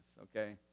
okay